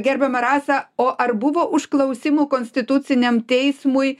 gerbiama rasa o ar buvo užklausimų konstituciniam teismui